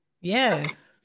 Yes